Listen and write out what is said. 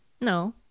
No